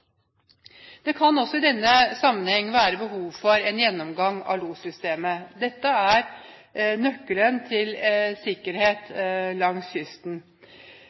Det kan også i denne sammenheng være behov for en gjennomgang av lossystemet. Dette er nøkkelen til sikkerhet langs kysten.